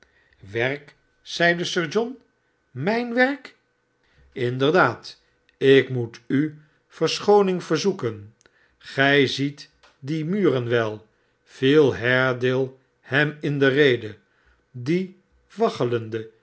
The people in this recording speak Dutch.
werk zeide sir john mijn werk inderdaad ik moet u verschooning verzoeken gij ziet die muren wel viel haredale hem in de rede die